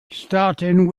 starting